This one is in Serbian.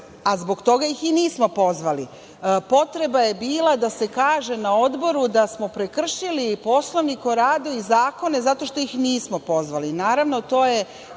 a zbog toga ih i nismo pozvali. Potreba je bila da se kaže na odboru da smo prekršili i Poslovnik i radu i zakone zato što ih nismo pozvali.